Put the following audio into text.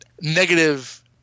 negative